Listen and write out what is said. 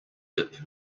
dip